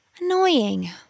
Annoying